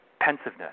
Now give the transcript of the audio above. pensiveness